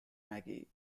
magee